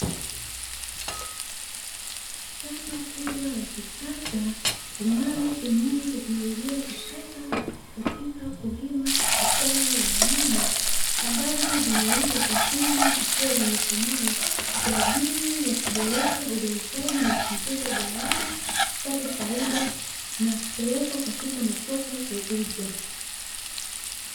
Shamba kubwa la kisasa, linalotumia teknolojia ya kisasa katika kulima zao la nyanya ambazo zimeiva vizuri, zikiwa zimekomaa kwa ajili ya kuboresha uzalishaji na kupunguza gharama, kupata faida na kupelekwa katika masoko kuuzwa.